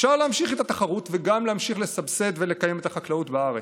אפשר להמשיך את התחרות וגם להמשיך לסבסד ולקיים את החקלאות בארץ,